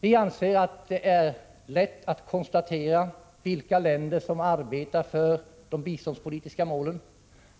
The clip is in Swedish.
Vi anser att det är lätt att konstatera vilka länder som arbetar för de biståndspolitiska målen.